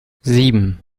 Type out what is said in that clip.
sieben